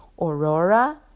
Aurora